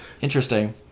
Interesting